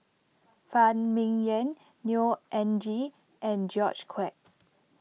Phan Ming Yen Neo Anngee and George Quek